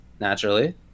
naturally